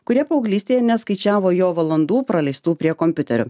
kurie paauglystėje neskaičiavo jo valandų praleistų prie kompiuterio